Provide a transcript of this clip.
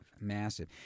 massive